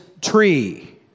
tree